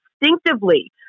instinctively